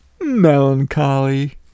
melancholy